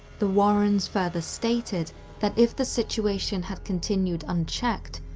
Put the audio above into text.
the warrens further stated that if the situation had continued unchecked,